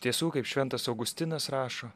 tiesų kaip šventas augustinas rašo